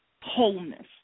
wholeness